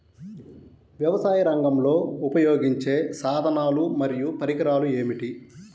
వ్యవసాయరంగంలో ఉపయోగించే సాధనాలు మరియు పరికరాలు ఏమిటీ?